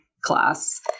class